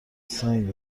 سنگ